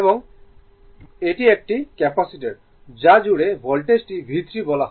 এবং এটি একটি ক্যাপাসিটার যা জুড়ে ভোল্টেজটি V3 বলা হয়